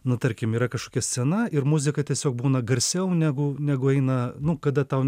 nu tarkim yra kažkokia scena ir muzika tiesiog būna garsiau negu negu eina nu kada tau